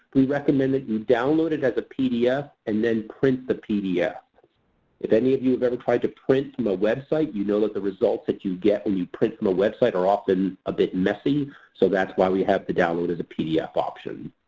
we recommend that you download it as a pdf, and then print the pdf if any of you have ever tried to print from a website you know that the results that you get when you print from a website are often a bit messy so that's why we have the download as a pdf option.